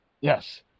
Yes